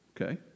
Okay